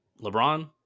LeBron